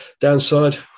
Downside